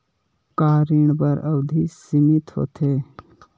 का ऋण बर अवधि सीमित होथे?